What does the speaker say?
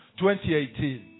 2018